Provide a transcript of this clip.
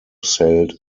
sailed